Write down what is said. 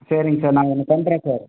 சரிங்க சார் நாங்கள் ஒன்று பண்ணுறேன் சார்